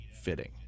fitting